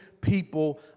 people